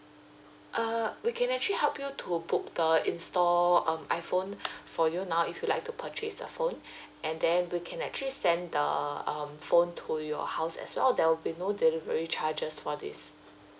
uh we can actually help you to book the in store um iphone for you now if you like to purchase the phone and then we can actually send the um phone to your house as well there will be no delivery charges for this